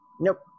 Nope